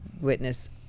witness